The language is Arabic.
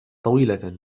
طويلة